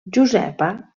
josepa